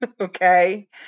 okay